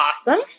awesome